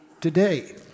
today